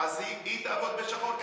היא תעבוד בשחור,